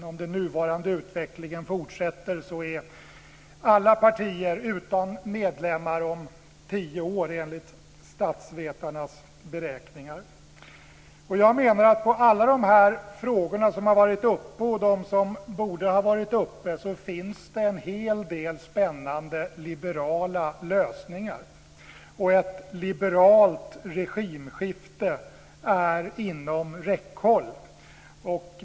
Om den nuvarande utvecklingen fortsätter är alla partier utan medlemmar om tio år, enligt statsvetarnas beräkningar. Jag menar att det på alla de frågor som har varit uppe och de som borde ha varit uppe finns en hel del spännande liberala lösningar. Ett liberalt regimskifte är inom räckhåll.